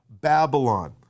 Babylon